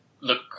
look